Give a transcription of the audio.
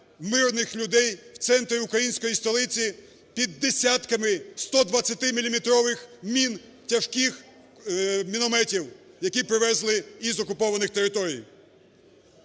мирних людей в центрі української столиці під десятками 120-міліметрових мін тяжких мінометів, які привезли із окупованих територій.